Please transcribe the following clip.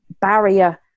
barrier